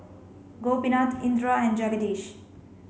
Gopinath Indira and Jagadish